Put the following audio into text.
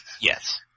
Yes